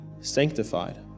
sanctified